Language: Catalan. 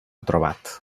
trobat